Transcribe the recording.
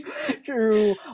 True